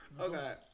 Okay